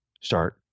start